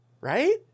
Right